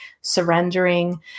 surrendering